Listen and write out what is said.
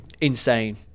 Insane